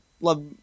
love